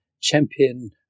Champion